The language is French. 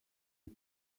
est